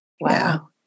Wow